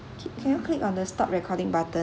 okay can you click on the stop recording button